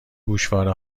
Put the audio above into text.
گوشواره